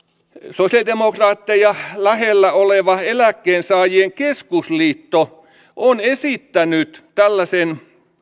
sosiaalidemokraatteja lähellä oleva eläkkeensaajien keskusliitto on esittänyt tällaisen